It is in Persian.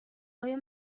آیا